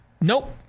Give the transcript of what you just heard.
nope